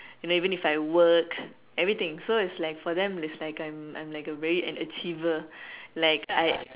and even if I work everything so it's like for them is like I'm I'm like a very an achiever like I